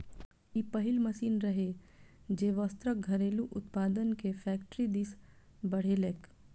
ई पहिल मशीन रहै, जे वस्त्रक घरेलू उत्पादन कें फैक्टरी दिस बढ़ेलकै